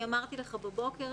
אמרתי לך בבוקר,